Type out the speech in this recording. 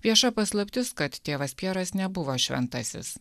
vieša paslaptis kad tėvas pjeras nebuvo šventasis